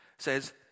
says